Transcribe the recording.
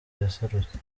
yaserutse